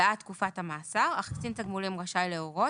בעד תקופת המאסר אך קצין תגמולים רשאי להורות